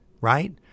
right